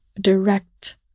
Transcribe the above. direct